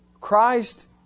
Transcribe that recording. Christ